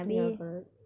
ya correct